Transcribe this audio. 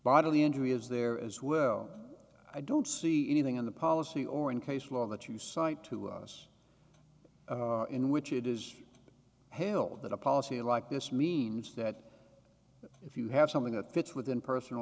bodily injury is there as well i don't see anything in the policy or in case law that you cite to us in which it is hailed that a policy like this means that if you have something that fits within personal